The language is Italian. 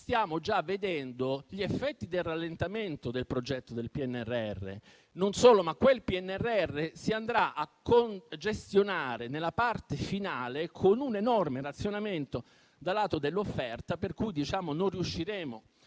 stiamo già vedendo gli effetti del rallentamento del progetto del PNRR. Non solo, ma quel PNRR si andrà a congestionare nella parte finale, con un enorme razionamento dal lato dell'offerta, per cui non riusciremo a fare quel tipo